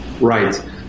Right